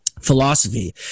philosophy